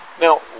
Now